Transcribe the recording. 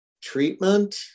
treatment